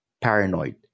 paranoid